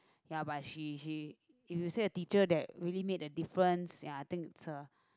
ya but she she if you said a teacher that really made a difference ya I think it's her